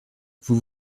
vous